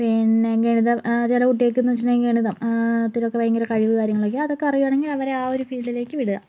പിന്നെ ഗണിതം ചില കുട്ടികൾക്ക് എന്ന് വെച്ചിട്ടുണ്ടെങ്കിൽ ഗണിതം അതിലൊക്കെ ഭയങ്കര കഴിവ് കാര്യങ്ങളൊക്കെയാണ് അതൊക്കെ അറിയുകയാണെങ്കിൽ അവരെ ആ ഒരു ഫീൽഡിലേക്ക് വിടുക